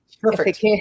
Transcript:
perfect